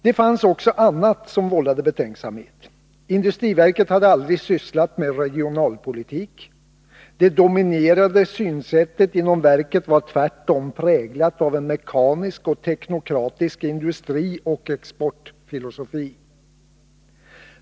Det fanns också annat som vållade betänksamhet. Industriverket hade aldrig sysslat med regionalpolitik. Det dominerande synsättet inom verket var tvärtom präglat av en mekanisk och teknokratisk industrioch exportfilosofi.